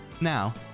Now